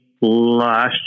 last